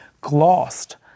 glossed